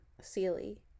Sealy